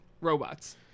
robots